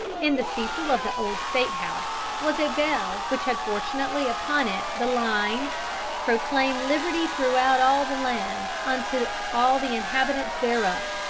in the steeple of the old state-house was a bell which had fortunately upon it the line proclaim liberty throughout all the land unto all the inhabitants thereof.